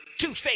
Two-face